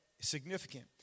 significant